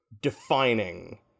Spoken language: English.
defining